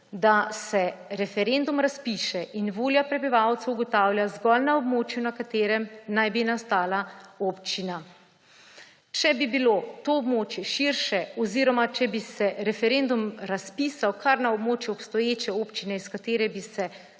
da se referendum razpiše in volja prebivalcev ugotavlja zgolj na območju, na katerem naj bi nastala občina. Če bi bilo to območje širše oziroma če bi se referendum razpisal kar na območju obstoječe občine, iz katere bi se